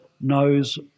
knows